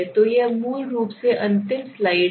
तो यह मूल रूप से अंतिम स्लाइड है